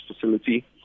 facility